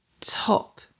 top